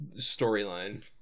storyline